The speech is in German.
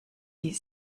die